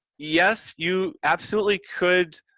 yes, you absolutely could,